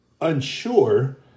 unsure